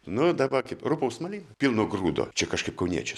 nu dabar kaip rupaus malimo pilno grūdo čia kažkaip kauniečiai